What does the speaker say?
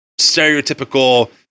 stereotypical